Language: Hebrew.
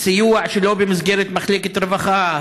סיוע שלא במסגרת מחלקת רווחה,